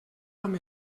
amb